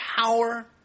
power